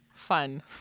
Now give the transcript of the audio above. Fun